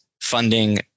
funding